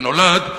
ונולד,